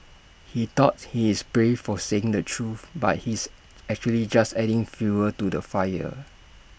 he thought he's brave for saying the truth but he's actually just adding fuel to the fire